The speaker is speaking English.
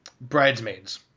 Bridesmaids